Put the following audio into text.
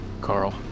Carl